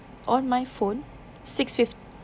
on my phone six fif~